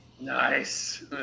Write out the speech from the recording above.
Nice